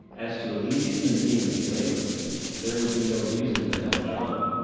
as to relieve human beings of labor there would be no reason to have a job.